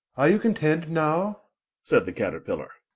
are you content now said the caterpillar.